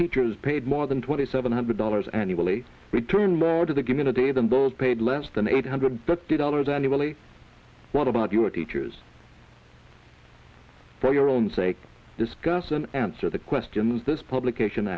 teachers paid more than twenty seven hundred dollars annually return murder the given a day them both paid less than eight hundred thirty dollars annually what about your teachers for your own sake discuss and answer the question this publication